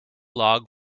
log